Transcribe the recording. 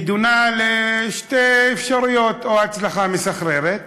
נידונה לשתי אפשרויות: או הצלחה מסחררת